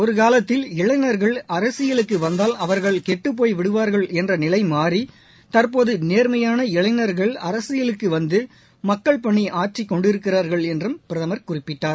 ஒரு காலத்தில் இளைஞா்கள் அரசியலுக்கு வந்தால் அவா்கள் கெட்டுப் போய்விடுவார்கள் என்ற நிலைமாறி தற்போது நேர்மையான இளைஞர்கள் அரசியலுக்கு வந்து மக்கள் பணி ஆற்றிக் கொண்டிருக்கிறா்கள் என்றம் பிரதமர் குறிப்பிட்டார்